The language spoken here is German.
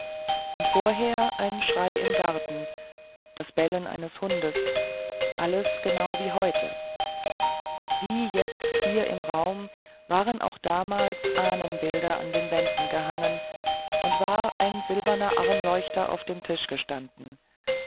und vorher ein schrei im garten das bellen eines hundes alles genau wie heute wie jetzt hier im raum waren auch damals ahnenbilder an den wänden gehangen und war ein silberner armleuchter auf dem tisch gestanden